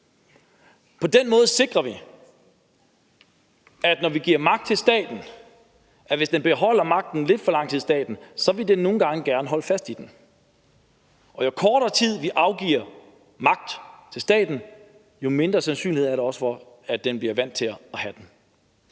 På den måde sikrer vi, at staten, når vi giver magt til staten og staten så beholder magten lidt for lang tid, fordi den nogle gange gerne vil holde fast i den, kun har magten i kortere tid, for jo kortere tid, vi afgiver magt til staten, jo mindre sandsynlighed er der også for, at den bliver vant til at have den.